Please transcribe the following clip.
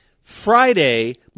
Friday